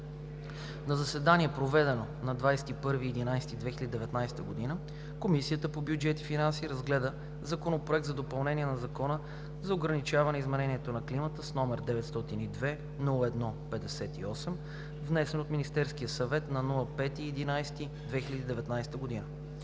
На заседание, проведено на 21 ноември 2019 г., Комисията по бюджет и финанси разгледа Законопроект за допълнение на Закона за ограничаване изменението на климата, № 902-01-58, внесен от Министерския съвет на 5 ноември 2019 г.